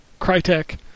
Crytek